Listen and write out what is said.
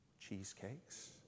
cheesecakes